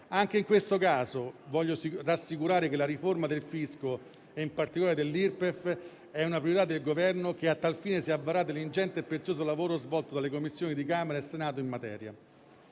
Anche in questo caso, voglio rassicurare che la riforma del fisco e in particolare dell'Irpef è una priorità del Governo, che a tal fine si avvarrà dell'ingente e prezioso lavoro svolto dalle Commissioni di Camera e Senato in materia.